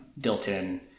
built-in